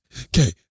okay